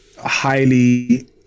highly